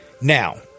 Now